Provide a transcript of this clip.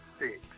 six